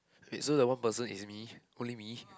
wait so the one person is me only me